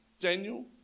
Daniel